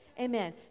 Amen